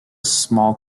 small